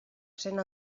cent